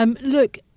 Look